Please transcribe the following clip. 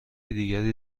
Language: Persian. دیگری